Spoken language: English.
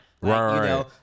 Right